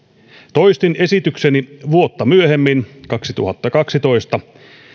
toistin esitykseni vuotta myöhemmin kaksituhattakaksitoista